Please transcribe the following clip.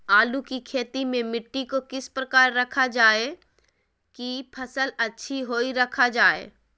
आलू की खेती में मिट्टी को किस प्रकार रखा रखा जाए की फसल अच्छी होई रखा जाए?